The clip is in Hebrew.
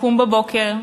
לקום בבוקר,